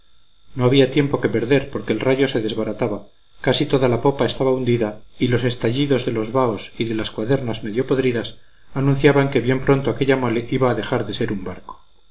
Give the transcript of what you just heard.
no había tiempo que perder porque el rayo se desbarataba casi toda la popa estaba hundida y los estallidos de los baos y de las cuadernas medio podridas anunciaban que bien pronto aquella mole iba a dejar de ser un barco